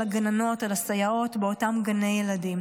הגננות ועל הסייעות באותם גני ילדים,